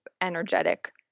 energetic